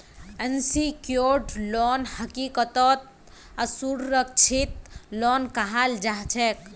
unsecured loan हकीकतत असुरक्षित loan कहाल जाछेक